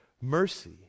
mercy